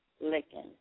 licking